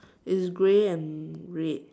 it's gray and red